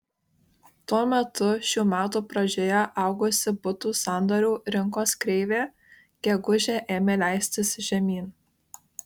tuo metu šių metų pradžioje augusi butų sandorių rinkos kreivė gegužę ėmė leistis žemyn